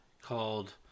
called